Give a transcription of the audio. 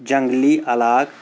جنٛگلی علاقہٕ